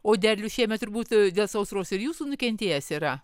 o derlius šiemet turbūt dėl sausros ir jūsų nukentėjęs yra